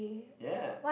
ya